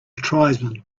tribesmen